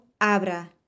abra